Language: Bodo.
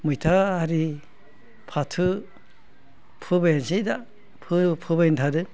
मैथा आरि फाथो फोबायानोसै दा फोबायानो थादों